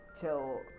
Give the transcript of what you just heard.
till